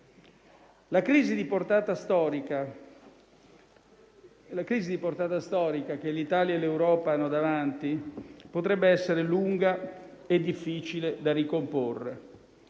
La crisi di portata storica che l'Italia e l'Europa hanno davanti potrebbe essere lunga e difficile da ricomporre,